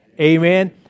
amen